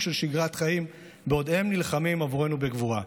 של שגרת חיים בעוד הם נלחמים עבורנו בגבורה.